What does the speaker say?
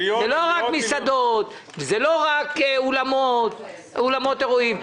זה לא רק מסעדות ולא רק אולמות אירועים,